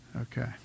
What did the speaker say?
Okay